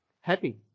happy